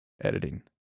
editing